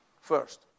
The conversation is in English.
first